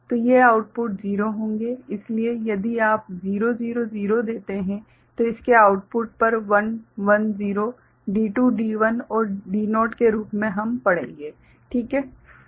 तो ये आउटपुट 0 होंगे इसलिए यदि आप 000 देते है तो इसके आउटपुट पर 110 D2 D1 और D0 के रूप में हम पढ़ेंगे ठीक हैं